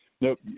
Nope